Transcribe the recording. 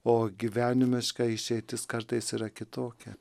o gyvenimiška išeitis kartais yra kitokia